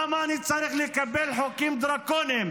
למה אני צריך לקבל חוקים דרקוניים